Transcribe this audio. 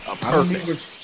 Perfect